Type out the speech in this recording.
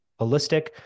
holistic